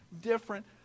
different